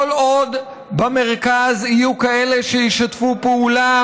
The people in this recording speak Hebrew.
כל עוד במרכז יהיו כאלה שישתפו פעולה